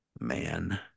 Man